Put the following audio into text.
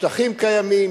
השטחים קיימים,